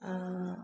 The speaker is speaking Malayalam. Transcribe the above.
ആ